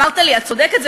אמרת לי: את צודקת,